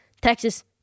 Texas